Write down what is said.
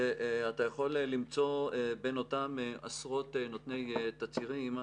ואתה יכול למצוא בין אותם עשרות נותני תצהירים,